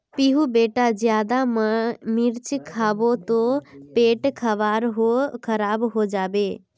पीहू बेटा ज्यादा मिर्च खाबो ते पेट खराब हों जाबे